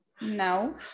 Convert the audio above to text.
no